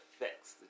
affects